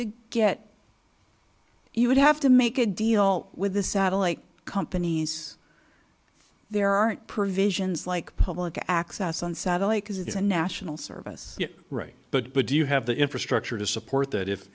to get you would have to make a deal with the satellite companies there aren't provisions like public access on satellite because it is a national service right but do you have the infrastructure to support that if